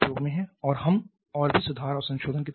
और हम और भी सुधार और संशोधनों की तलाश कर रहे हैं